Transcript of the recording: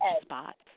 spots